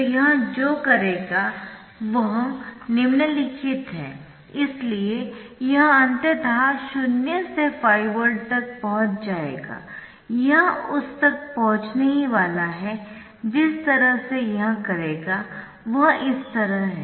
तो यह जो करेगा वह निम्नलिखित है इसलिए यह अंततः शून्य से 5 वोल्ट तक पहुंच जाएगा यह उस तक पहुंचने ही वाला है जिस तरह से यह करेगा वह इस तरह है